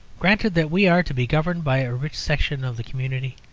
granted that we are to be governed by a rich section of the community,